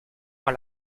par